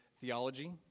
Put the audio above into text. theology